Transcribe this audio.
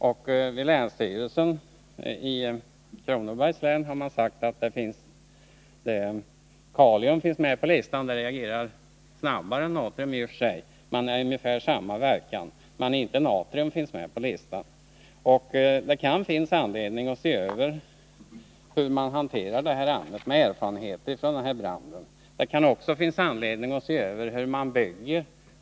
Enligt länsstyrelsen i Kronobergs län finns kalium men inte natrium med på listan — kalium reagerar snabbare än natrium men har ungefär samma verkan. Det kan därför finnas anledning att mot bakgrund av erfarenheterna från branden se över hanteringen av metalliskt natrium. Det kan också finnas anledning att se över hur man bygger.